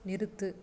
நிறுத்து